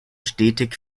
stetig